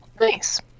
Nice